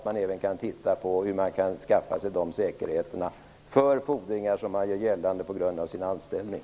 Man bör också titta närmare på hur man kan skaffa sig dessa säkerheter för fordringar som man kan hävda på grund av sin anställning.